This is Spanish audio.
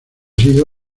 sido